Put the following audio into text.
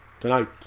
Tonight